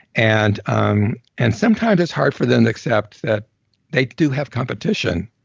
and um and sometimes it's hard for them to accept that they do have competition.